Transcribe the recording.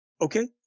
Okay